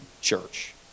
church